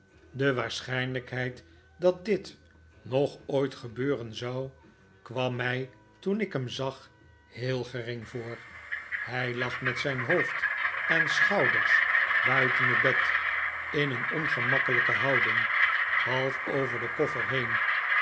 de waarschijnlijkheid dat dit nog ooit gebeuren zou kwam mij toen ik hem zag heel gering voor hii lag met zijn hoofd en schouders buiten het bed in een ongemakkelijke houding half over den koffer heen